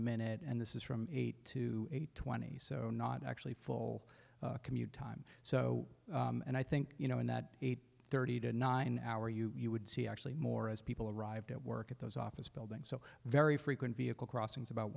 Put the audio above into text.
minute and this is from eight to twenty so i'm not actually full commute time so and i think you know in that eight thirty to nine hour you you would see actually more as people arrived at work at those office buildings so very frequent vehicle crossings about